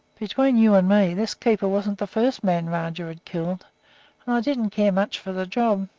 between you and me, this keeper wasn't the first man rajah had killed, and i didn't care much for the job.